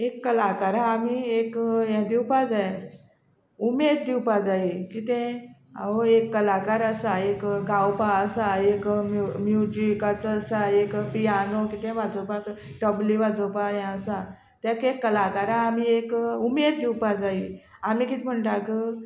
एक कलाकारा आमी एक हें दिवपा जाय उमेद दिवपा जाय कितें हो एक कलाकार आसा एक गावपा आसा एक म्युजिकाचो आसा एक पियानो कितेंय वाजोवपाक टफली वाजोवपा हें आसा ताका एक कलाकारा आमी एक उमेद दिवपा जाय आमी कितें म्हणटा